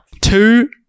Two